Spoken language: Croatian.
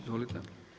Izvolite.